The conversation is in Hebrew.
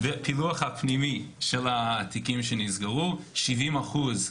הפילוח הפנימי של התיקים שנסגרו: ב-70 אחוז,